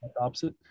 opposite